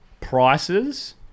prices